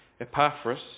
Epaphras